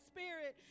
Spirit